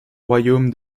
royaume